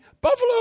Buffalo